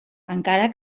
encara